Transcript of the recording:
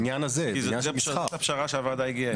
בגלל שזו הפשרה שהוועדה הגיעה אליה.